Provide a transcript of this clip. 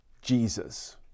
Jesus